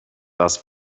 das